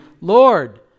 Lord